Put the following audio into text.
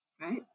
right